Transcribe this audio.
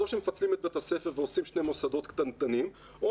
או שמפצלים את בית הספר ועושים שני מוסדות קטנטנים או